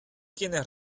quienes